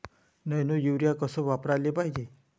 Nano urea कस वापराले पायजे?